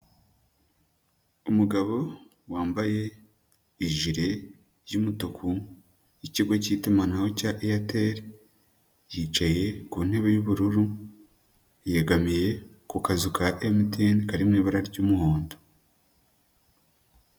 Umugabo wambaye ijire y'umutuku y'ikigo cy'itumanaho cya Airtel, yicaye ku ntebe y'ubururu, yegamiye ku kazu ka MTN kari mu ibara ry'umuhondo.